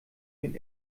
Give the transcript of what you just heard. den